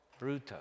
Bruto